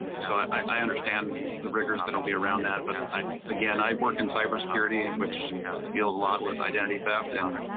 so i i understand the rigors that will be around that but i again i work in cybersecurity and which still a lot with identity theft and.